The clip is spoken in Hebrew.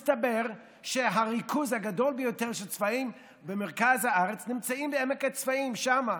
מסתבר שהריכוז הגדול ביותר של צבאים במרכז הארץ נמצא בעמק הצבאים שם,